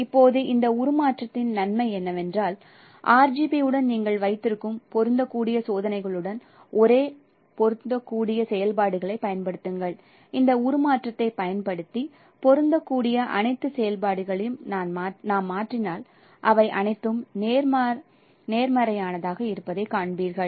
இப்போது இந்த உருமாற்றத்தின் நன்மை என்னவென்றால் RGB உடன் நீங்கள் வைத்திருக்கும் பொருந்தக்கூடிய சோதனைகளுடன் ஒரே பொருந்தக்கூடிய செயல்பாடுகளைப் பயன்படுத்துங்கள் இந்த உருமாற்றத்தைப் பயன்படுத்தி பொருந்தக்கூடிய அனைத்து செயல்பாடுகளையும் நான் மாற்றினால் அவை அனைத்தும் நேர்மறையானதாக இருப்பதைக் காண்பீர்கள்